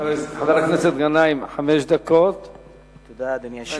חבר הכנסת גנאים, חמש דקות לרשותך.